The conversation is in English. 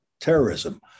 terrorism